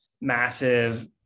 massive